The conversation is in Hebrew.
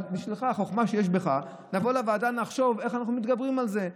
אבל החוכמה שיש בך היא לבוא לוועדה ולחשוב איך אנחנו מתגברים על זה,